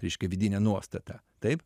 reiškia vidine nuostata taip